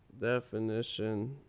Definition